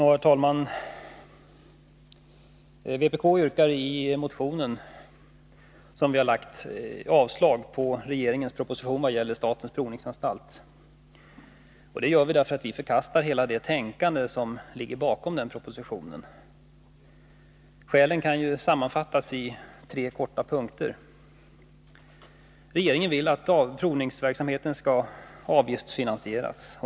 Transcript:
Herr talman! Vpk yrkar i den motion som vi har väckt avslag på regeringens proposition vad gäller statens provningsanstalt. Det gör vi därför att vi förkastar hela det tänkande som ligger bakom propositionen. Skälen kan sammanfattas i tre punkter. 1. Regeringen vill att provningsverksamheten skall avgiftsfinansieras.